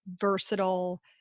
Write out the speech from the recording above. versatile